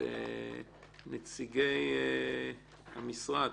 שנציגי המשרד,